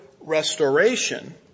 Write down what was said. restoration